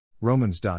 Romans